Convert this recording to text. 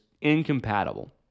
incompatible